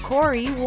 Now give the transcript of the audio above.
Corey